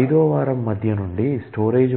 ఐదవ వారం మధ్య నుండి స్టోరేజ్